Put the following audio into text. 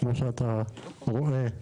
כמו שאתה רואה,